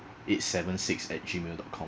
eight seven six at gmail dot com